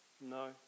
No